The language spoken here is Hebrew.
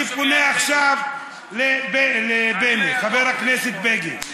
אני פונה עכשיו לחבר הכנסת בגין.